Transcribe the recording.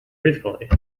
truthfully